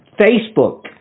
Facebook